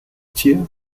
tier